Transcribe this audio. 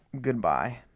Goodbye